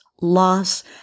loss